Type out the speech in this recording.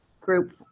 group